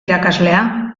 irakaslea